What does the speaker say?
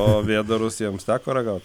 o vėdarus jiems teko ragaut